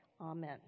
Amen